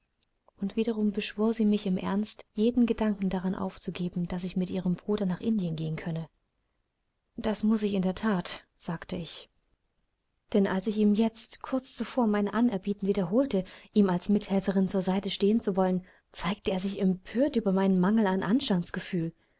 und wiederum beschwor sie mich im ernst jeden gedanken daran aufzugeben daß ich mit ihrem bruder nach indien gehen könne das muß ich in der that sagte ich denn als ich ihm jetzt kurz zuvor mein anerbieten wiederholte ihm als mithelferin zur seite stehen zu wollen zeigte er sich empört über meinen mangel an